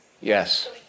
Yes